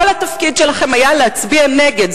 כל התפקיד שלכם היה להצביע נגד,